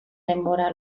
denbora